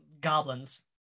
goblins